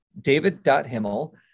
david.himmel